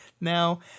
Now